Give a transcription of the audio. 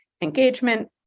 engagement